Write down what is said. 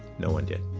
no one did.